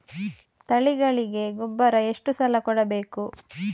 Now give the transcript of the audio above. ತಳಿಗಳಿಗೆ ಗೊಬ್ಬರ ಎಷ್ಟು ಸಲ ಕೊಡಬೇಕು?